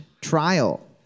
trial